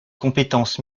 compétences